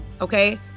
okay